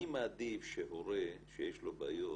אני מעדיף שהורה שיש לו בעיות,